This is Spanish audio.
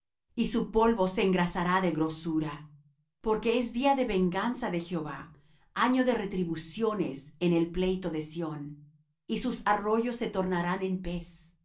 y su polvo se engrasará de grosura porque es día de venganza de jehová año de retribuciones en el pleito de sión y sus arroyos se tornarán en pez y su